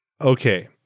Okay